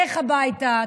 לך הביתה,